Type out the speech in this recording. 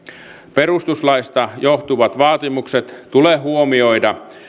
perustuslaista johtuvat vaatimukset tulee huomioida